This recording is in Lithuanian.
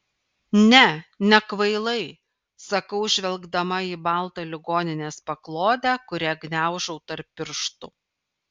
ne nekvailai sakau žvelgdama į baltą ligoninės paklodę kurią gniaužau tarp pirštų